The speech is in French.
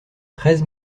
treize